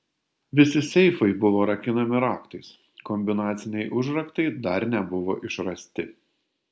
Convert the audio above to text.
visi seifai buvo rakinami raktais kombinaciniai užraktai dar nebuvo išrasti